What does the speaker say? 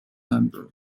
number